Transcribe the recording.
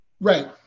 Right